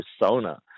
persona